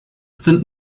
sind